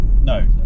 no